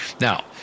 Now